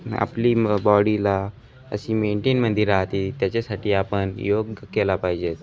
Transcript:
आपली म बॉडीला अशी मेंटेनमध्ये राहते त्याच्यासाठी आपण योग केला पाहिजेत